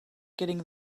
getting